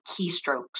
keystrokes